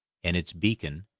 and its beacon,